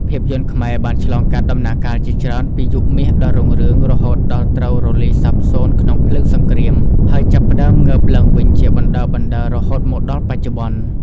ភាពយន្តខ្មែរបានឆ្លងកាត់ដំណាក់កាលជាច្រើនពីយុគមាសដ៏រុងរឿង រហូតដល់ត្រូវរលាយសាបសូន្យក្នុងភ្លើងសង្គ្រាម ហើយចាប់ផ្ដើមងើបឡើងវិញជាបណ្ដើរៗរហូតមកដល់បច្ចុប្បន្ន។